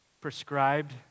prescribed